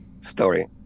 story